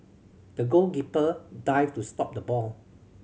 the goalkeeper dived to stop the ball